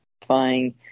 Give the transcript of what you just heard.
satisfying